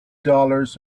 dollars